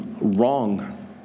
wrong